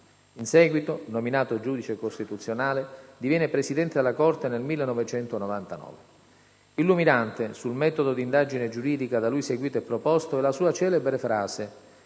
In seguito, nominato giudice costituzionale, diviene Presidente della Corte nel 1999. Illuminante, sul metodo d'indagine giuridica da lui seguito e proposto, è la sua celebre frase: